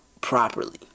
properly